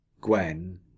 Gwen